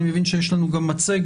אני מבין שיש לנו גם מצגת,